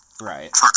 Right